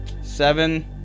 Seven